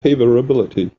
favorability